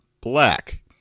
black